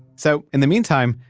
so in the meantime,